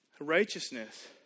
righteousness